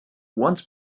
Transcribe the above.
once